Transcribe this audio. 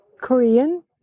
Korean